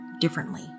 differently